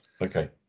Okay